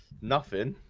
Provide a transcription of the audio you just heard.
nothing